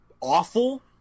awful